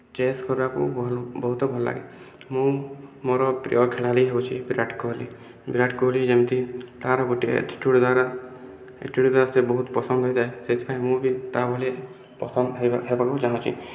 chess କରିବାକୁ ଭଲ ବହୁତ ଭଲ ଲାଗେ ମୁଁ ମୋର ପ୍ରିୟ ଖେଳାଳି ହେଉଛି ବିରାଟ କୋହଲି ବିରାଟ କୋହଲି ଯେମିତି ତା'ର ଗୋଟିଏ ଚୁଡ଼ୁଦାରା ଏହି ଚୁଡ଼ୁଦାର ସିଏ ବହୁତ ପସନ୍ଦ ହୋଇଥାଏ ସେଇଥିପାଇଁ ମୁଁ ବି ତା ଭଳି ପସନ୍ଦ ହେବାକୁ ବି ଚାହୁଁଛି